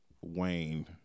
Wayne